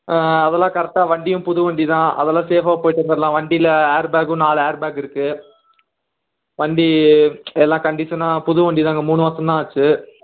அதெல்லாம் கரெட்டாக வண்டியும் புது வண்டி தான் அதெல்லாம் சேஃப்பாக போயிவிட்டு வந்துரலாம் வண்டியில ஹேர் பேக்கும் நாலு ஹேர் பேக்கு இருக்கு வண்டி எல்லா கண்டிஷனாக புது வண்டி தாங்க மூணு வருஷம்தான் ஆச்சு